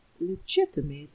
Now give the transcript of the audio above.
legitimate